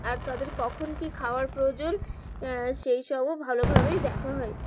আর তাদের কখন কী খাওয়ার প্রয়োজন সেই সবও ভালোভাবেই দেখা হয়